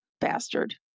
Bastard